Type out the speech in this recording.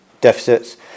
deficits